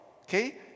Okay